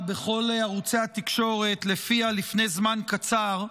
בכל ערוצי התקשורת שלפיה לפני זמן קצר,